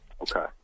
okay